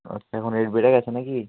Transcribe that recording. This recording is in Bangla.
আচ্ছা এখন রেট বেড়ে গেছে নাকি